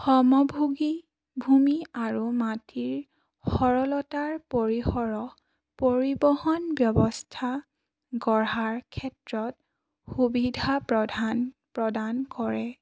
সমভোগীভূমি আৰু মাটিৰ সৰলতাৰ পৰিসৰ পৰিবহণ ব্যৱস্থা গঢ়াৰ ক্ষেত্ৰত সুবিধা প্ৰধান প্ৰদান কৰে